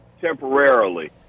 temporarily